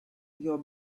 your